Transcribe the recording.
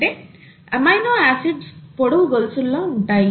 అంటే amino acids పొడవు గొలుసుల్లా ఉంటాయి